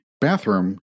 bathroom